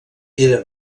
era